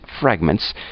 fragments